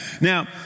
Now